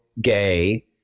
gay